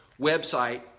website